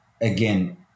again